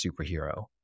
superhero